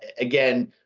again